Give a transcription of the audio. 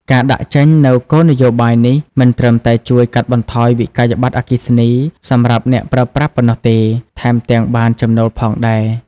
ការដាក់ចេញនូវគោលនយោបាយនេះ មិនត្រឹមតែជួយកាត់បន្ថយវិក្កយបត្រអគ្គិសនីសម្រាប់អ្នកប្រើប្រាស់ប៉ុណ្ណោះទេ ថែមទាំងបានចំណូលផងដែរ។